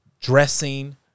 dressing